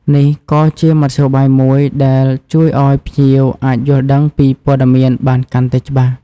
នេះក៏ជាមធ្យោបាយមួយដែលជួយឱ្យភ្ញៀវអាចយល់ដឹងពីព័ត៌មានបានកាន់តែច្បាស់។